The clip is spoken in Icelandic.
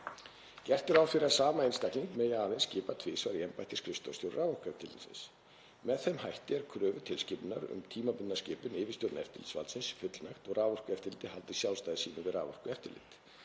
Gert er ráð fyrir að sama einstakling megi aðeins skipa tvisvar í embætti skrifstofustjóra Raforkueftirlitsins. Með þeim hætti er kröfu tilskipunarinnar um tímabundna skipun yfirstjórnar eftirlitsyfirvaldsins fullnægt og að Raforkueftirlitið haldi sjálfstæði sínu við raforkueftirlit.